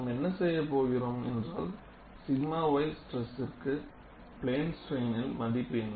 நாம் என்ன செய்யப் போகிறோம் என்றால் 𝛔 Y ஸ்டிரஸ்க்கு பிளேன் ஸ்ட்ரைனில் மதிப்பு என்ன